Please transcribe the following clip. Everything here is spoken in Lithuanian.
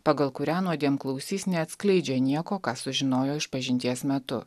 pagal kurią nuodėmklausys neatskleidžia nieko ką sužinojo išpažinties metu